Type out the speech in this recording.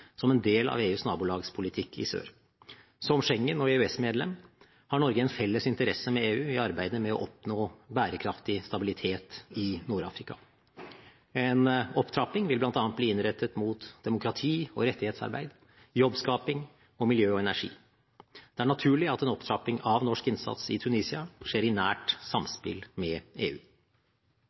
som en del av EUs nabolagspolitikk i sør. Som Schengen- og EØS-medlem har Norge en felles interesse med EU i arbeidet med å oppnå bærekraftig stabilitet i Nord-Afrika. En opptrapping vil bl.a. bli innrettet mot demokrati- og rettighetsarbeid, jobbskaping, miljø og energi. Det er naturlig at en opptrapping av norsk innsats i Tunisia skjer i nært samspill med EU.